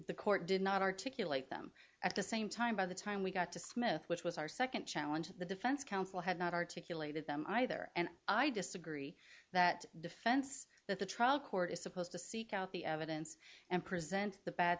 the court did not articulate them at the same time by the time we got to smith which was our second challenge the defense counsel had not articulated them either and i disagree that defense that the trial court is supposed to seek out the evidence and present the bad